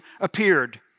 appeared